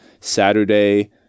Saturday